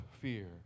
fear